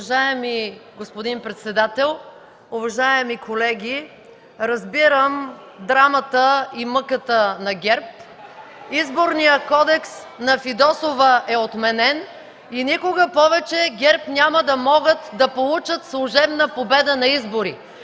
Уважаеми господин председател, уважаеми колеги! Разбирам драмата и мъката на ГЕРБ (смях от ДПС и КБ) – Изборният кодекс на Фидосова е отменен и никога повече ГЕРБ няма да могат да получат служебна победа на избори,